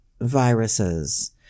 viruses